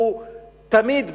תמיד בריאיון,